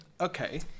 Okay